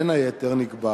בין היתר נקבע